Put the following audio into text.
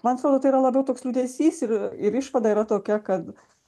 man atrodo tai yra labiau toks liūdesys ir ir išvada yra tokia kad